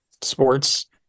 sports